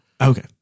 Okay